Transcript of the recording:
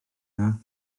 dda